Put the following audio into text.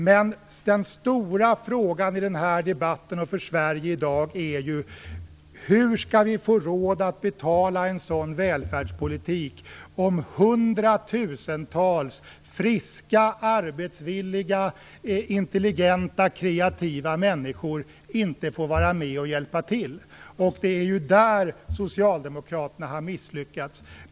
Men den stora frågan i denna debatt och för Sverige i dag är ju hur vi skall få råd att betala en sådan välfärdspolitik om hundratusentals friska, arbetsvilliga, intelligenta och kreativa människor inte får vara med och hjälpa till. Det är ju där Socialdemokraterna har misslyckats.